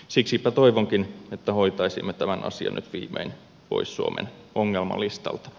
siksipä toivonkin että hoitaisimme tämän asian nyt viimein pois suomen ongelmalistalta